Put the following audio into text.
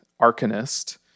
Arcanist